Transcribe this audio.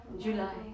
July